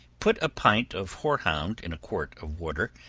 put a pint of hoarhound in a quart of water,